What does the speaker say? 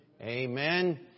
Amen